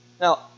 Now